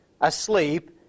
asleep